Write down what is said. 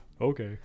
okay